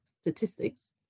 Statistics